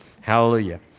Hallelujah